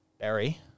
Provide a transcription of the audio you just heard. Barry